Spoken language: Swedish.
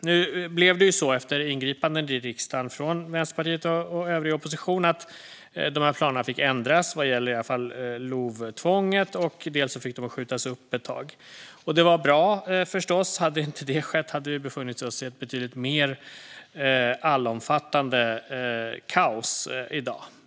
Nu blev det ju så, efter ingripande i riksdagen från Vänsterpartiet och den övriga oppositionen, att de här planerna fick ändras vad gäller i alla fall LOV-tvånget. De fick också skjutas upp ett tag. Det var förstås bra. Om det inte hade skett skulle vi ha befunnit oss i ett betydligt mer allomfattande kaos i dag.